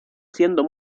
siendo